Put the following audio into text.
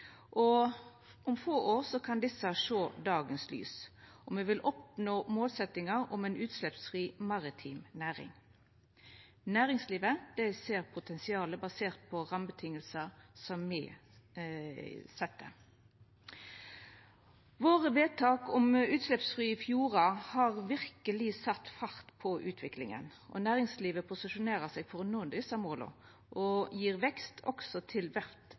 Om få år kan desse sjå dagens lys, og me vil oppnå målsetjinga om ei utsleppsfri maritim næring. Næringslivet ser potensialet basert på rammevilkår som me set. Vedtaka våre om utsleppsfrie fjordar har verkeleg sett fart på utviklinga, og næringslivet posisjonerer seg for å nå desse måla – det gjev vekst også til